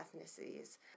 ethnicities